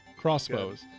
crossbows